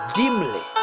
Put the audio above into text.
dimly